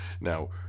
Now